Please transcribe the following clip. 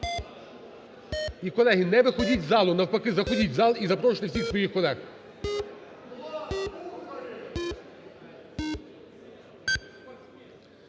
І, колеги, не виходіть із залу, навпаки заходіть у зал і запрошуйте всіх своїх колег.